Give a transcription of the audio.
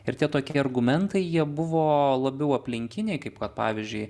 ir tie tokie argumentai jie buvo labiau aplinkiniai kaip kad pavyzdžiui